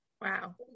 Wow